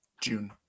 june